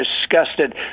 disgusted